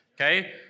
Okay